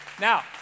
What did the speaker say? Now